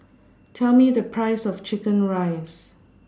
Tell Me The Price of Chicken Rice